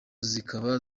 zikaba